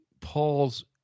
Paul's